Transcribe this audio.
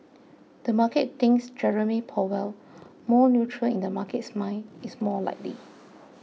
the market thinks Jerome Powell more neutral in the market's mind is more likely